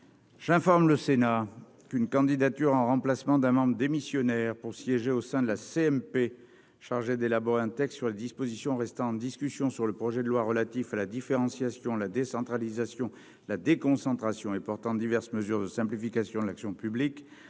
J'informe le Sénat une candidature en remplacement d'un membre démissionnaire pour siéger au sein de la CMP chargée d'élaborer un texte sur les dispositions restant en discussion sur le projet de loi relatif à la différenciation, la décentralisation et la déconcentration et portant diverses mesures de simplification de l'action publique